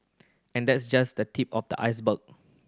and that's just the tip of the iceberg